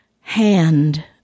hand